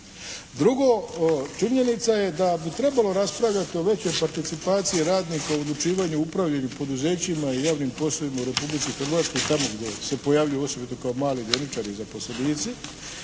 Drugo, činjenica je da bi trebalo raspravljati o većoj participaciji radnika u odlučivanju i upravljanju poduzećima i javnim poslovima u Republici Hrvatskoj tamo gdje se pojavljuju, osobito kao mali direktori i zaposlenici,